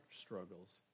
struggles